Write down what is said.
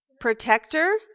Protector